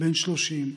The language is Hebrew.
בן 30,